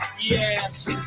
yes